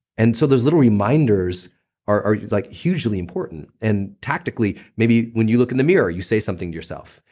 and so those little reminders are are like hugely important and tactically, maybe when you look in the mirror you say something to yourself.